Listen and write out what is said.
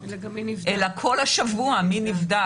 אלא כל השבוע מי נבדק,